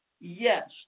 yes